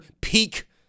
peak